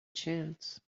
chance